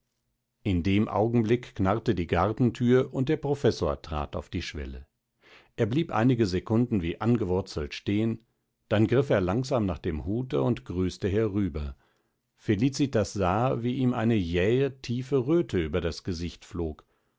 in dem augenblick knarrte die gartenthür und der professor trat auf die schwelle er blieb einige sekunden wie angewurzelt stehen dann griff er langsam nach dem hute und grüßte herüber felicitas sah wie ihm eine jähe tiefe röte über das gesicht flog